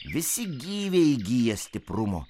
visi gyviai įgyja stiprumo